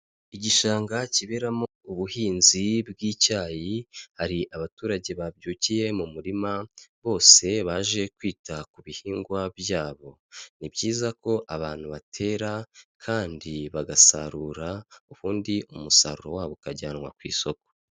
Igishanga kiberamo ubuhinzi bw'icyayi, hari abaturage babyukiye mu murima, bose baje kwita ku bihingwa byabo. Ni byiza ko abantu batera kandi bagasarura, ubundi umusaruro wabo ukajyanwa ku isoko.